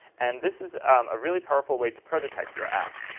and this is a really powerful way to prototype your app.